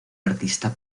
artista